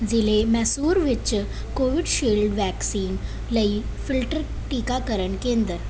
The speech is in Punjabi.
ਜ਼ਿਲ੍ਹੇ ਮੈਸੂਰ ਵਿੱਚ ਕੋਵਿਡਸ਼ੀਲਡ ਵੈਕਸੀਨ ਲਈ ਫਿਲਟਰ ਟੀਕਾਕਰਨ ਕੇਂਦਰ